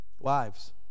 Wives